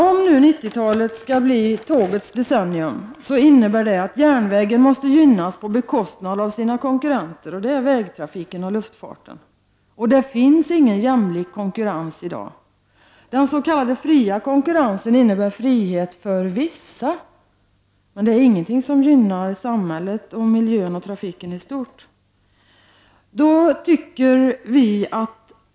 Om nu 90-talet skall bli tågets decennium innebär det att järnvägen måste gynnas på bekostnad av sina konkurrenter, dvs. vägtrafiken och luftfarten. Det finns ingen jämlik konkurrens i dag. Den s.k. fria konkurrensen innebär frihet för vissa, men det är inget som gynnar samhället, miljön eller trafiken istort.